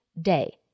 day